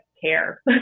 care